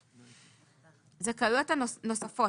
עדכון סכומים של זכאויות נוספות